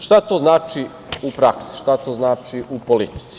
Šta to znači u praksi, šta to znači u politici?